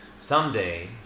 someday